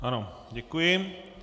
Ano, děkuji.